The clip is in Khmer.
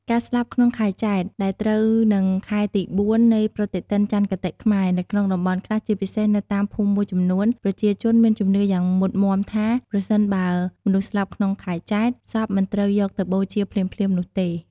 ការស្លាប់ក្នុងខែចេត្រ ដែលត្រូវនិងខែទី ៤ នៃប្រតិទិនចន្ទគតិខ្មែរ នៅក្នុងតំបន់ខ្លះ ជាពិសេសនៅតាមភូមិមួយចំនួន ប្រជាជនមានជំនឿយ៉ាងមុតមាំថា ប្រសិនបើមនុស្សស្លាប់ក្នុងខែចេត្រ សពមិនត្រូវយកទៅបូជាភ្លាមៗនោះទេ។